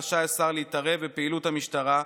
רשאי השר להתערב בפעילות המשטרה,